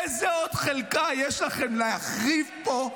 איזו עוד חלקה יש לכם להחריב פה?